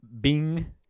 bing